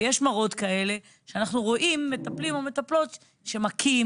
ויש מראות כאלה שאנחנו רואים מטפלים או מטפלות שמכים,